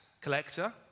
collector